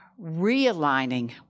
realigning